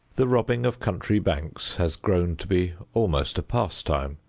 the robbing of country banks has grown to be almost a pastime,